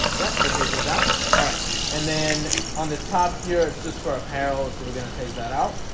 yeah will paste it down alright and then on the top here, it's just for apparel. so we're gonna take that out